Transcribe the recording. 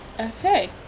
Okay